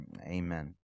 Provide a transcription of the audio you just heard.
Amen